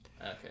Okay